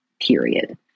period